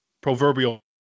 proverbial